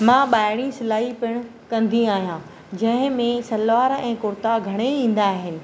मां ॿाहिरी सिलाई पिणु कंदी आहियां जंहिंमें सलवार ऐं कुर्ता घणेई ईंदा आहिनि